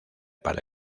para